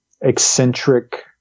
eccentric